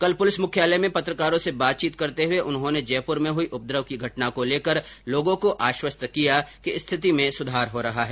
कल पुलिस मुख्यालय में पत्रकारों से बातचीत करते हुए उन्होंने जयपुर में हुई उपद्रव की घटना को लेकर लोगों को आश्वस्त किया कि स्थिति में सुधार हो रहा हैं